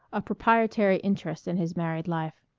a proprietary interest in his married life.